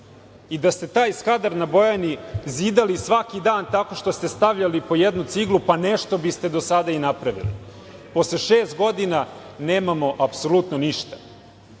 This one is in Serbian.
I da ste taj Skadar na Bojani zidali svaki dan tako što ste stavljali po jednu ciglu, pa nešto biste do sada i napravili. Posle šest godina nemamo apsolutno